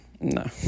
No